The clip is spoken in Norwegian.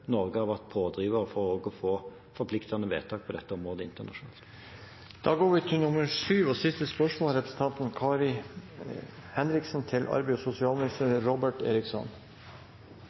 Norge har vært en pådriver for også å få forpliktende vedtak på dette området internasjonalt. Jeg tillater meg å stille følgende spørsmål til arbeids- og